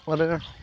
मानोना